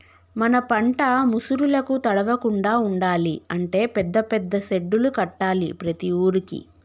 మన పంట ముసురులకు తడవకుండా ఉండాలి అంటే పెద్ద పెద్ద సెడ్డులు కట్టాలి ప్రతి ఊరుకి